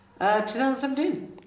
2017